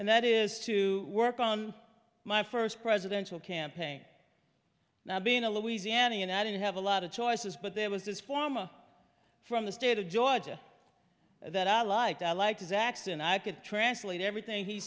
and that is to work on my first presidential campaign now being a louisianian i didn't have a lot of choices but there was this former from the state of georgia that i liked i'd like to zack's and i could translate everything he